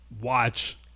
watch